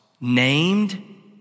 named